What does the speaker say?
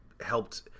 helped